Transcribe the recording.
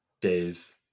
days